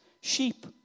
Sheep